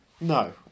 No